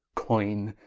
coine,